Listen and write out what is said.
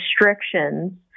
restrictions